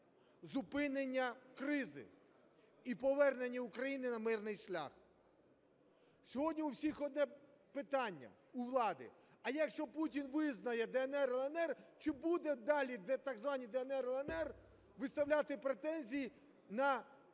зупинення кризи і повернення України на мирний шлях. Сьогодні в усіх одне питання, у влади: а якщо Путін визнає "ДНР" і "ЛНР", чи будуть далі так звані "ДНР" і "ЛНР" виставляти претензії на